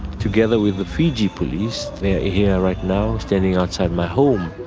together with the fiji police, they're here right now, standing outside my home,